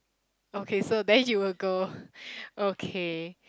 okay so then you will go okay